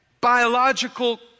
biological